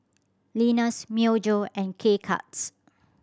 Lenas Myojo and K Cuts